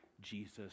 Jesus